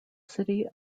city